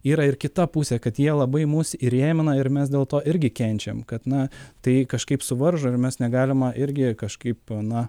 yra ir kita pusė kad jie labai mus įrėmina ir mes dėl to irgi kenčiam kad na tai kažkaip suvaržo ir mes negalima irgi kažkaip na